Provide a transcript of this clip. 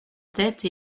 tête